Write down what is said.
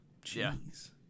Jeez